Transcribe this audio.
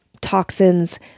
toxins